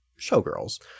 showgirls